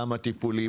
כמה טיפולים,